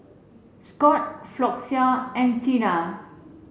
Scott Floxia and Tena